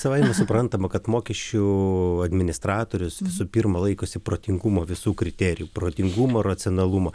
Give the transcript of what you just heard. savaime suprantama kad mokesčių administratorius visų pirma laikosi protingumo visų kriterijų protingumo racionalumo